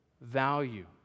value